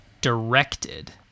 directed